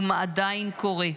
ומה עדיין קורה.